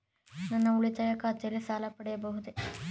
ನನ್ನ ಉಳಿತಾಯ ಖಾತೆಯಲ್ಲಿ ಸಾಲ ಪಡೆಯಬಹುದೇ?